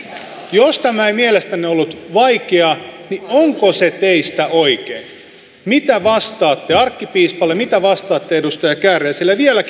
jos tämä ei mielestänne ollut vaikea onko se teistä oikein mitä vastaatte arkkipiispalle mitä vastaatte edustaja kääriäiselle ja vielä